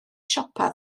siopa